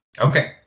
Okay